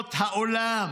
מדינות העולם.